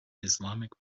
islamic